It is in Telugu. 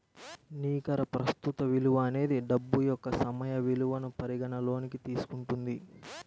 నికర ప్రస్తుత విలువ అనేది డబ్బు యొక్క సమయ విలువను పరిగణనలోకి తీసుకుంటుంది